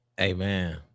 Amen